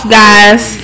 guys